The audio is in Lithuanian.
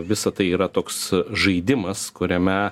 visa tai yra toks žaidimas kuriame